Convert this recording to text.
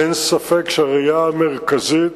אין ספק שהראייה המרכזית